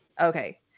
Okay